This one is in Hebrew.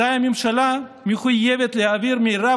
אזי הממשלה מחויבת להעביר את מרב